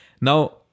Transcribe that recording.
Now